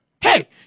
Hey